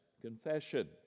Confession